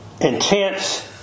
intense